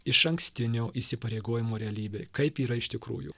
išankstinių įsipareigojimų realybėj kaip yra iš tikrųjų